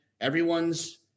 Everyone's